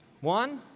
One